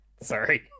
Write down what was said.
sorry